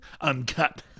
Uncut